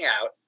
out